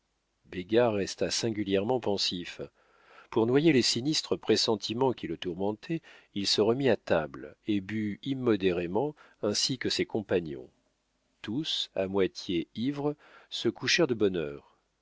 resta singulièrement pensif pour noyer les sinistres pressentiments qui le tourmentaient il se remit à table et but immodérément ainsi que ses compagnons tous à moitié ivres se couchèrent de bonne